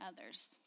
others